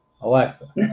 Alexa